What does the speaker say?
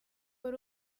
por